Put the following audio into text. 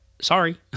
sorry